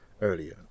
Earlier